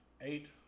eight